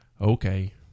okay